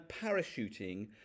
parachuting